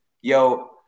Yo